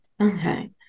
Okay